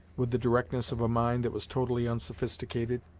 with the directness of a mind that was totally unsophisticated.